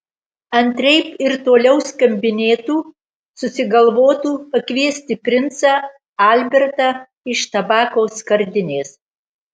antraip ir toliau skambinėtų susigalvotų pakviesti princą albertą iš tabako skardinės